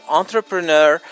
entrepreneur